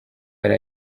yari